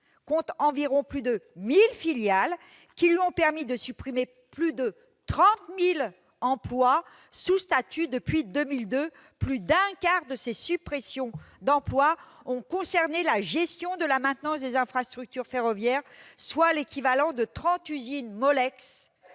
compte plus de 1 000 filiales, lui ayant permis de supprimer plus de 30 000 emplois sous statut depuis 2002. Plus d'un quart de ces suppressions d'emplois ont concerné la gestion de la maintenance des infrastructures ferroviaires, soit l'équivalent de 30 usines Molex